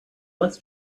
less